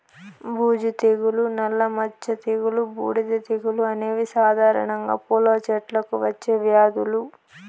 బూజు తెగులు, నల్ల మచ్చ తెగులు, బూడిద తెగులు అనేవి సాధారణంగా పూల చెట్లకు వచ్చే వ్యాధులు